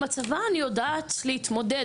עם הצבא אני יודעת להתמודד.